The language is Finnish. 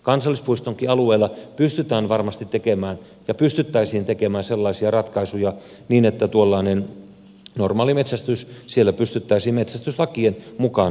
kansallispuistonkin alueella pystyttäisiin tekemään sellaisia ratkaisuja että tuollainen normaali metsästys siellä pystyttäisiin metsästyslakien mukaan sallimaan